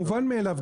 מובן מאליו,